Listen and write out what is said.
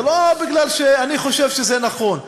זה לא בגלל שאני חושב שזה נכון,